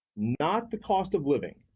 not the cost of living.